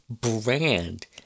Brand